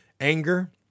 anger